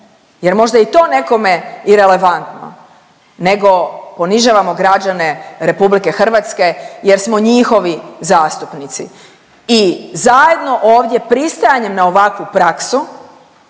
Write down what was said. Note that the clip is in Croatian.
jer možda je i to nekome irelevantno, nego ponižavamo građane Republike Hrvatske, jer smo njihovi zastupnici. I zajedno ovdje pristajanjem na ovakvu praksu